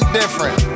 different